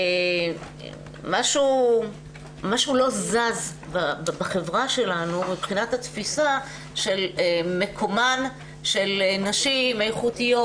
משהו לא זז בחברה שלנו מבחינת התפיסה של מקומן של נשים איכותיות,